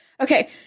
okay